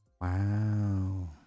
Wow